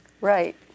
Right